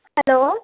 hello